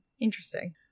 Interesting